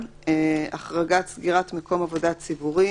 החרגת סגירת מקום עבודה ציבורי